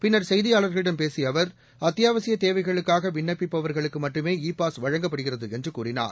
பின்னா் செய்தியாள்களிடம் பேசிய அவர் அத்தியாவசிய தேவைகளுக்காக விண்ணப்பிப்பவர்களுக்கு மட்டுமே இ பாஸ் வழங்கப்படுகிறது என்று கூறினார்